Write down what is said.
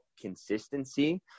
consistency